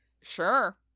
Sure